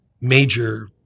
major